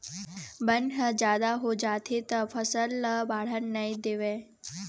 बन ह जादा हो जाथे त फसल ल बाड़हन नइ देवय